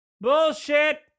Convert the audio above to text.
Bullshit